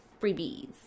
freebies